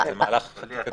ביחד, במהלך החקיקתי.